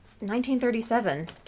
1937